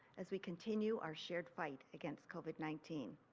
as we continue our shared fight against covid nineteen.